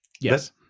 Yes